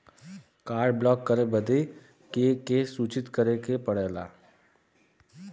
Card block करे बदी के के सूचित करें के पड़ेला?